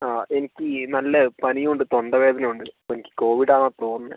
ആ എനിക്ക് നല്ല പനിയും ഉണ്ട് തൊണ്ടവേദനയും ഉണ്ട് അപ്പോൾ എനിക്ക് കോവിഡ് ആണ് എന്നാണ് തോന്നുന്നത്